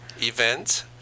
event